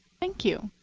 thank you.